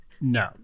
no